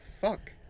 fuck